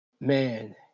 man